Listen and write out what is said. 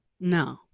No